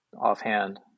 offhand